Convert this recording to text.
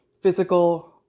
physical